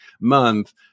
month